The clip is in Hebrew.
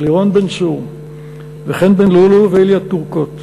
לירון בן-צור וחן בן-לולו ואיליה טורקוט,